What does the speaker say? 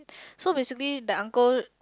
so basically that uncle